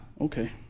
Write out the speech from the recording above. Okay